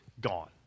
gone